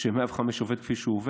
ש-105 עובד כפי שהוא עובד.